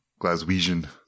Glaswegian